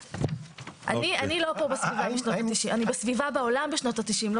אני לא פה בסביבה משנות ה-90.